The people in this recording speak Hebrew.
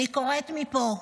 אני קוראת מפה: